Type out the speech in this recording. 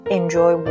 enjoy